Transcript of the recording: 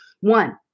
One